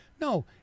No